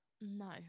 No